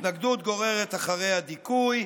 התנגדות גוררת אחריה דיכוי,